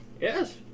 Yes